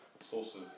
source